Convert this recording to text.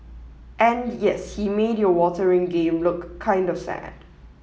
and yes he made your water ring game look kind of sad